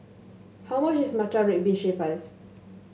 how much is Matcha Red Bean Shaved Ice